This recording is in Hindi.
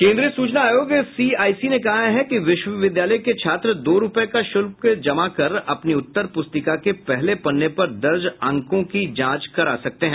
केंद्रीय सूचना आयोग सीआईसी ने कहा है कि विश्वविद्यालय के छात्र दो रूपये का शुल्क जमा कर अपनी उत्तर प्रस्तिका के पहले पन्ने पर दर्ज अंकों की जांच करा सकते हैं